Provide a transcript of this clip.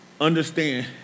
understand